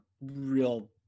real